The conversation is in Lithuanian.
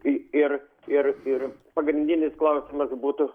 i ir ir ir pagrindinis klausimas būtų